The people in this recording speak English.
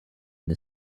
the